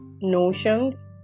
notions